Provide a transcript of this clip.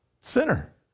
sinner